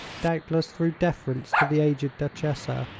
doubtless through deference to the aged duchessa,